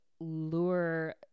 lure